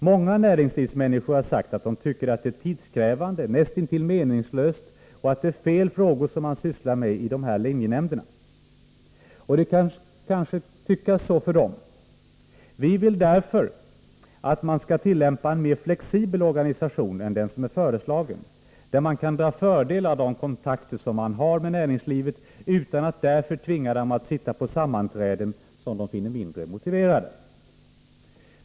Många har sagt att de tycker att det är tidskrävande, näst intill meningslöst, att sitta i linjenämnderna och att det är fel frågor som man sysslar med där. Och det kanske kan tyckas så för dem. Vi vill därför från moderata samlingspartiets sida att man skall tillämpa en mer flexibel organisation än den som är föreslagen, där man kan dra fördel av de kontakter som man har med näringslivets folk utan att därför tvinga dem att sitta på sammanträden som de finner mindre motiverade. Herr talman!